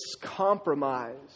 compromised